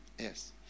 Yes